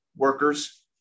workers